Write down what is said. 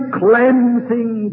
cleansing